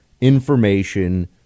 information